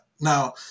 Now